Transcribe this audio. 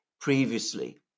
previously